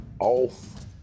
Off